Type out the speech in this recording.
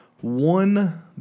one